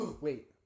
Wait